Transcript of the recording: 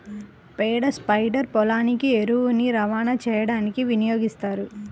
పేడ స్ప్రెడర్ పొలానికి ఎరువుని రవాణా చేయడానికి వినియోగిస్తారు